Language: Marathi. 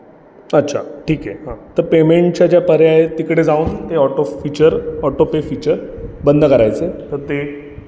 अच्छा ठीक आहे हां तर पेमेंटच्या पर्याय आहेत त्या तिकडे जाऊन ते auto feature auto pay feature बंद करायचं तर ते